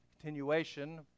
continuation